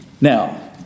Now